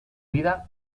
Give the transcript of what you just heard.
vida